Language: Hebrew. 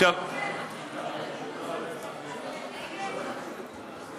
אז אתם נגד?